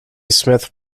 smith